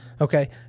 Okay